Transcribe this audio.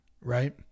Right